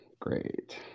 Great